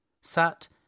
sat